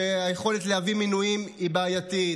שבה היכולת להביא מינויים היא בעייתית.